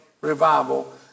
revival